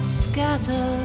scatter